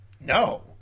No